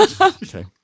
okay